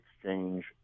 exchange